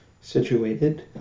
situated